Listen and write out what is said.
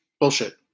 Bullshit